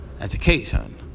education